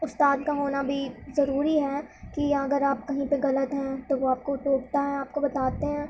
استاد کو ہونا بھی ضروری ہے کہ اگر آپ کہیں پہ غلط ہیں تو وہ آپ کو ٹوکتا ہے آپ کو بتاتے ہیں